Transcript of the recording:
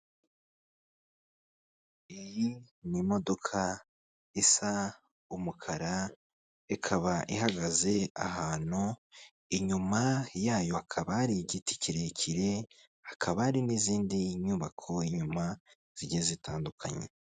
Iyi n'imodoka isa umukara ikaba ihagaze ahantu, inyuma yayo hakaba ari igiti kirekire hakaba hari n'izindi nyubako inyuma zigiye zitandukanye.